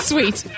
Sweet